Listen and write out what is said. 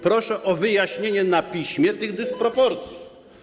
Proszę o wyjaśnienie na piśmie tych dysproporcji.